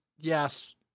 yes